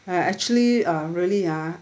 I actually uh really ah